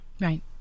Right